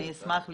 אני אשמח לשמוע.